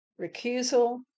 recusal